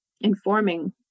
Informing